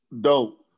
Dope